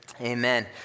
amen